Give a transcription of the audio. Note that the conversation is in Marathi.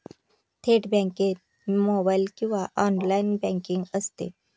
थेट बँकेत मोबाइल किंवा ऑनलाइन बँकिंग असते